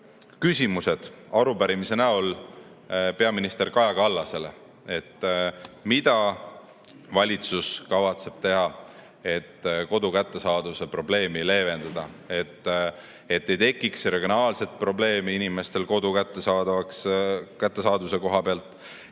küsimused arupärimise näol peaminister Kaja Kallasele. Mida valitsus kavatseb teha, et kodu kättesaadavuse probleemi leevendada, et ei tekiks regionaalset probleemi inimestel kodu kättesaadavuse koha pealt,